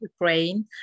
Ukraine